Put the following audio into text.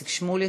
איציק שמולי.